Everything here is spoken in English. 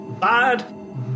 bad